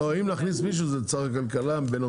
לא, אם נכניס מישהו זה את שר הכלכלה בנוסף.